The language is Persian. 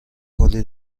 کلی